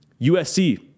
USC